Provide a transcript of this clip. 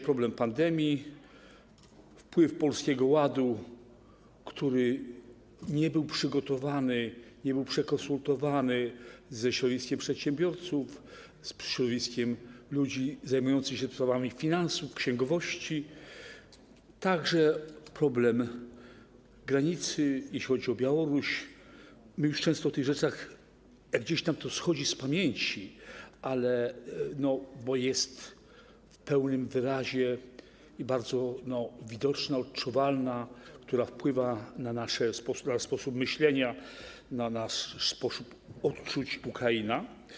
Problem pandemii, wpływ Polskiego Ładu, który nie był przygotowany, nie był przekonsultowany ze środowiskiem przedsiębiorców, ze środowiskiem ludzi zajmujących się sprawami finansów, księgowości, także problem na granicy, jeśli chodzi o Białoruś - my już często o tych rzeczach... gdzieś nam to schodzi z pamięci, no bo jest w pełnym wyrazie, bardzo widoczna, odczuwalna, wpływająca na nasz sposób myślenia, na nasze odczucia Ukraina.